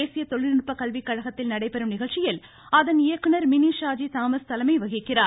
தேசிய தொழில்நுட்ப கல்விக்கழகத்தில் நடைபெறும் நிகழ்ச்சிகளில் அதன் இயக்குநர் மினி ஷாஜி தாமஸ் தலைமை வகிக்கிறார்